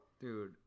dude